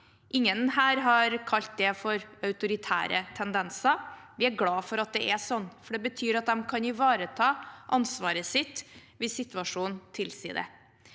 Ingen her har kalt det for autoritære tendenser. Vi er glad for at det er sånn, for det betyr at de kan ivareta ansvaret sitt hvis situasjonen tilsier det.